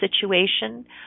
situation